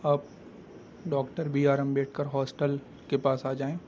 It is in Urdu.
آپ doctor B R Ambedkar hostel کے پاس آ جائیں